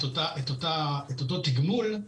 את אותו תגמול,